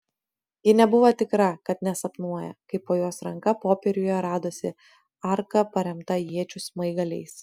ji nebuvo tikra kad nesapnuoja kai po jos ranka popieriuje radosi arka paremta iečių smaigaliais